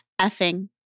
effing